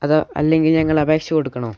അതോ അല്ലെങ്കിൽ ഞങ്ങൾ അപേക്ഷ കൊടുക്കണോ